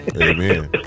amen